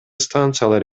станциялар